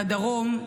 לדרום,